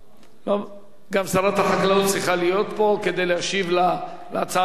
גם שרת החקלאות צריכה להיות פה כדי להשיב על הצעת החוק.